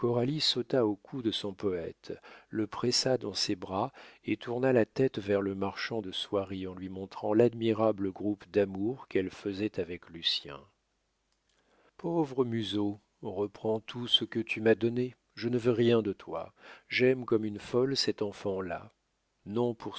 sauta au cou de son poète le pressa dans ses bras et tourna la tête vers le marchand de soieries en lui montrant l'admirable groupe d'amour qu'elle faisait avec lucien pauvre musot reprends tout ce que tu m'as donné je ne veux rien de toi j'aime comme une folle cet enfant-là non